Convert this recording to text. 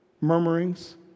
Murmurings